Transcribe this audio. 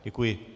Děkuji.